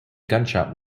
gunshot